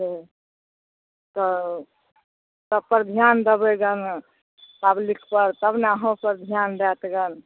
हुँ तऽ सबपर धिआन देबै पब्लिकपर तब ने अहूँपर धिआन देत गऽ